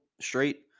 straight